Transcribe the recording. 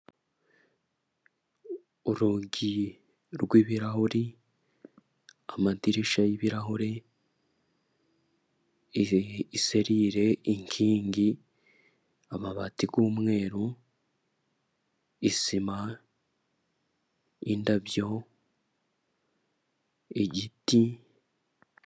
Urugi rw' ibirahuri, amadirishya y'ibirahuri, iserire, inkingi, amabati, y'umweru, isima, indabyo, igiti...